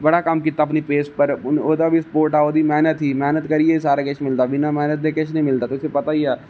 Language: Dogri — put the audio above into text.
बड़ा कम्म कीता अपनी बेस पर ओहदा बी स्पोट हा ओहदी मैहनत ही मैहनत करिये सारा किश मिलदा बिना मैहनत दे किश नेई मिलदा तुसें गी पता गै है